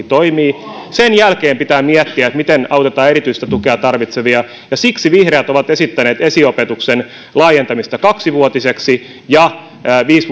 toimii sen jälkeen pitää miettiä miten autetaan erityistä tukevia tarvitsevia ja siksi vihreät ovat esittäneet esiopetuksen laajentamista kaksivuotiseksi ja viisi